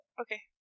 Okay